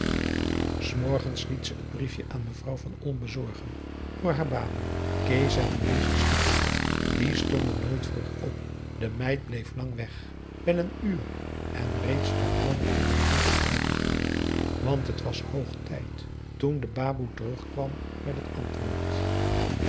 s morgens liet ze t briefje aan mevrouw van olm bezorgen door haar baboe kees en louise sliepen nog die stonden nooit vroeg op de meid bleef lang weg wel een uur en reeds stond nanni op het punt om uit te gaan want het was hoog tijd toen de baboe terugkwam met het antwoord